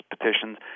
petitions